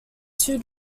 two